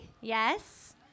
yes